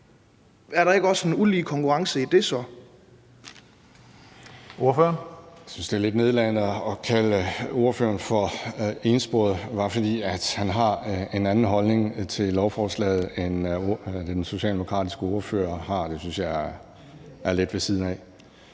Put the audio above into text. Er der så ikke også en ulige konkurrence i det?